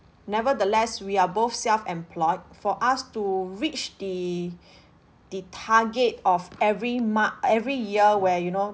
nevertheless we are both self-employed for us to reach the the target of every mar~ every year where you know